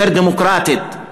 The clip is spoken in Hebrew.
יותר דמוקרטית,